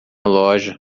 loja